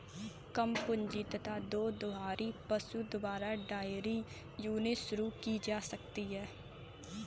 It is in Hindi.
कम पूंजी तथा दो दुधारू पशु द्वारा डेयरी यूनिट शुरू की जा सकती है